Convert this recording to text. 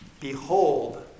Behold